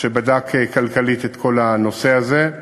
שבדק כלכלית את כל הנושא הזה.